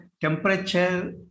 temperature